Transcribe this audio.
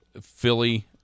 Philly